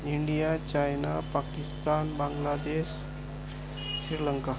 India China Pakistan Bangladesh Sri Lanka